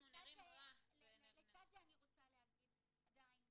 אבל לצד זה אני רוצה להגיד עדיין,